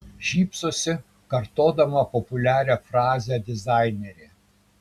šypsosi kartodama populiarią frazę dizainerė